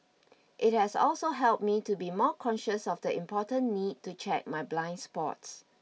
it has also helped me to be more conscious of the important need to check my blind spots